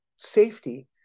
Safety